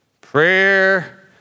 prayer